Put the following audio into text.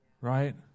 right